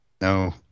No